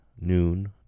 noon